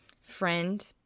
Friend